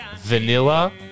vanilla